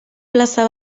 plaza